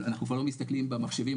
אנחנו כבר לא מסתכלים במחשבים,